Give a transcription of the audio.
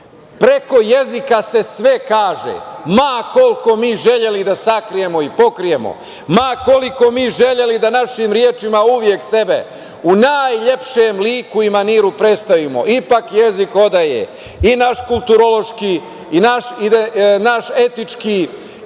Preko jezika se sve kaže, ma koliko mi želeli da sakrijemo i pokrijemo, ma koliko mi želeli da našim rečima uvek sebe u najlepšem liku i maniru predstavimo. Ipak jezik odaje i naš kulturološki i naš etički i